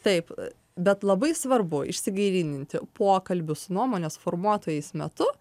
taip bet labai svarbu išsigryninti pokalbių su nuomonės formuotojais metu